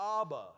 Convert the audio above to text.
Abba